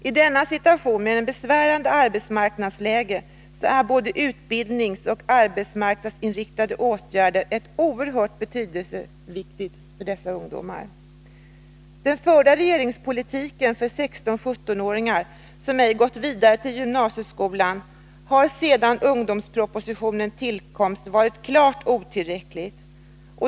I denna situation, med ett besvärande arbetsmarknadsläge, är både utbildningsoch arbetsmarknadsinriktade åtgärder oerhört viktiga för dessa ungdomar. Den förda regeringspolitiken beträffande 16-17-åringar som ej gått vidare till gymnasieskolan har, sedan ungdomspropositionens tillkomst, varit klart otillräcklig.